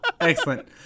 Excellent